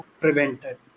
prevented